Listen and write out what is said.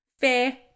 Fair